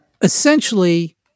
essentially